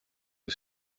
you